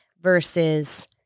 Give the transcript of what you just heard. versus